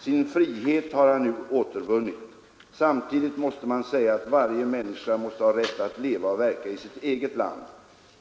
Sin frihet har han nu återvunnit. Samtidigt måste man säga att varje människa måste ha rätt att leva och verka i sitt eget land.